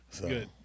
good